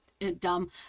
Dumb